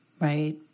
Right